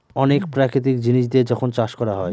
অনেক প্রাকৃতিক জিনিস দিয়ে যখন চাষ করা হয়